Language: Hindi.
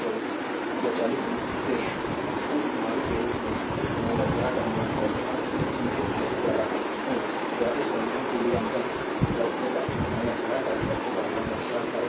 तो स्वचालित रूप से उस मान के रूप में यह टर्मिनल आई यहाँ चिह्नित नहीं कर रहा हूँ या इस टर्मिनल के लिए अंकन होगा यह टर्मिनल होगा और करंट 8 एम्पीयर करंट इस तरह बह रहा है